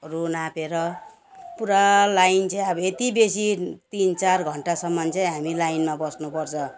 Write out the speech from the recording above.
हरू नापेर पुरा लाइन चाहिँ अब यति बेसी तिन चार घन्टासम्म चाहिँ हामी लाइनमा बस्नुपर्छ